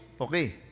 okay